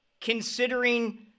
considering